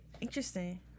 Interesting